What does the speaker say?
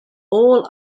all